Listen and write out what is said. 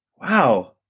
wow